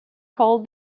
called